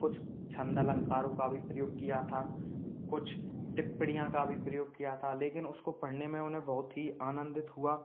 कुछ छंद अलंकारों का भी प्रयोग किया था कुछ टिप्पणियाँ का भी प्रयोग किया था लेकिन उसको पढ़ने में उन्हें बहुत ही आनंदित हुआ